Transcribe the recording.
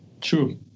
True